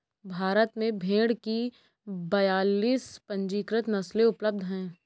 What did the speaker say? भारत में भेड़ की बयालीस पंजीकृत नस्लें उपलब्ध हैं